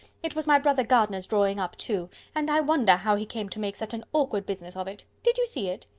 it was my brother gardiner's drawing up too, and i wonder how he came to make such an awkward business of it. did you see it?